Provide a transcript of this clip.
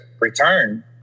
Return